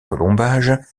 colombage